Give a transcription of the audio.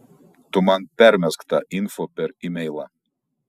tu man permesk tą info per imeilą